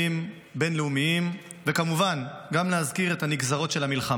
בין-לאומיים וכמובן גם להזכיר את הנגזרות של המלחמה.